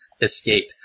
escape